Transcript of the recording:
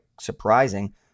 surprising